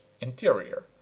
interior